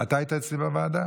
אתה היית אצלי בוועדה?